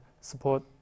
support